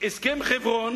בהסכם חברון.